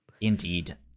Indeed